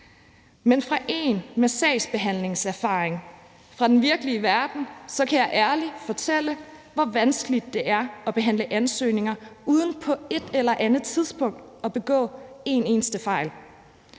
Men som en med sagsbehandlingserfaring fra den virkelige verden kan jeg ærligt fortælle, hvor vanskeligt det er at behandle ansøgninger uden på et eller andet tidspunkt at begå en eneste fejl.